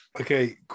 okay